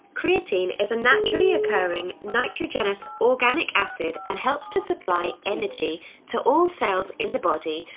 creatine is a naturally occurring nitrogenous organic acid and helps to supply energy to all cells in the body,